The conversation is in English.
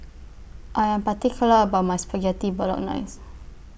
I Am particular about My Spaghetti Bolognese